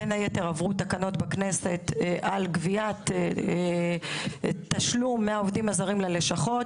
בין היתר עברו תקנות בכנסת לגבי גביית תשלום מהעובדים הזרים ללשכות.